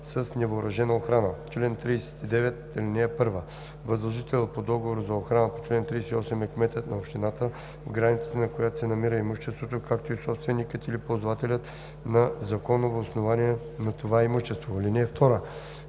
с невъоръжена охрана. Чл. 39. (1) Възложител по договор за охрана по чл. 38 е кметът на общината, в границите на която се намира имуществото, както и собственикът или ползвателят на законово основание на това имущество. (2)